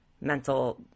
mental